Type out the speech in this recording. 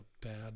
bad